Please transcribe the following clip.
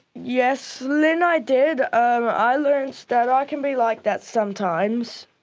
yes, lynne, i did, um i learnt that i can be like that sometimes.